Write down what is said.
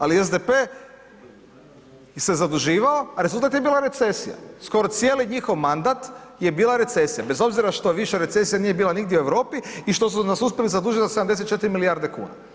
Ali SDP se zaduživao, a rezultat je bila recesija, skoro cijeli njihov mandat je bila recesija, bez obzira što više recesija nije bila nigdje u Europi i što su nas uspjeli zadužiti za 74 milijarde kuna.